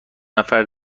نفر